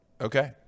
Okay